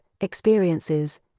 experiences